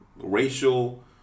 Racial